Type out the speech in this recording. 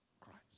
Christ